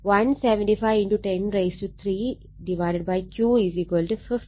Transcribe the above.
അതിനാൽ 175103 Q50 3